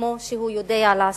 כמו שהוא יודע לעשות.